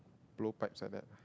blue packs are that